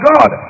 God